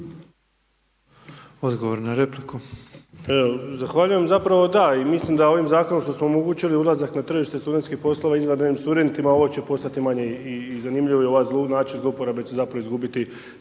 Odgovor na repliku.